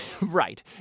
Right